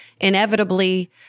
inevitably